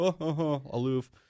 aloof